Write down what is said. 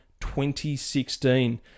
2016